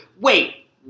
Wait